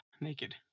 naked